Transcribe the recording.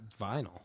vinyl